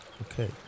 Okay